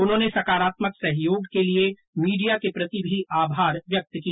उन्होंने सकारात्मक सहयोग के लिए मीडिया के प्रति भी आभार व्यक्त किया